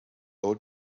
old